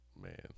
Man